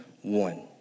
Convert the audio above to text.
one